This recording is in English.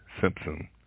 Simpson